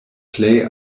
plej